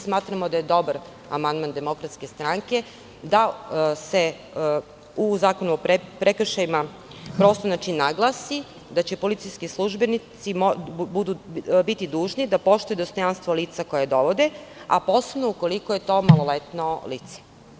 Smatramo da je dobar amandman DS, da se u Zakonu o prekršajima naglasi da će policijski službenici biti dužni da poštuju dostojanstvo lica koje dovode, a posebno ukoliko je to maloletno lice.